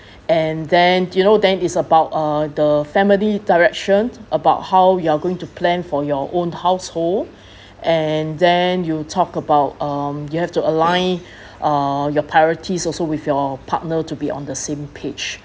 and then you know then is about uh the family direction about how you're going to plan for your own household and then you talk about um you have to align uh your priorities also with your partner to be on the same page